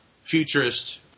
futurist